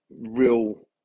real